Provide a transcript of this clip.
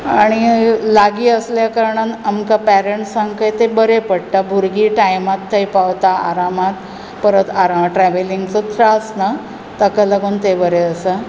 आनी लागीं आसले कारणान आमकां पेरंट्सांकय तें बरें पडटा भुरगीं टायमाक थंय पावता आरामांत परत ट्रॅवलिंगाचो त्रास ना ताका लागून तें बरें आसा